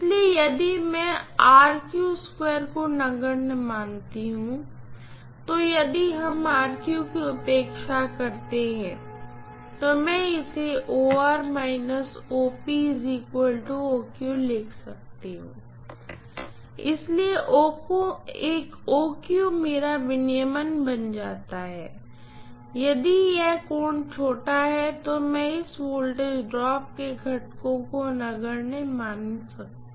इसलिए यदि मैं इस को नगण्य मानती हूँ तो यदि हम की उपेक्षा करते हैं तो मैं इसे लिख सकती हूँ इसलिए मेरा विनियमन बन जाता है यदि यह कोण छोटा है तो मैं इस वोल्टेज ड्रॉप के घटकों को नगण्य मान सकती हूँ